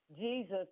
Jesus